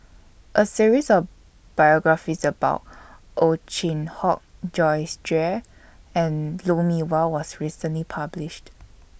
A series of biographies about Ow Chin Hock Joyce Jue and Lou Mee Wah was recently published